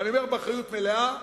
ואני אומר באחריות מלאה,